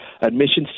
admissions